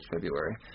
February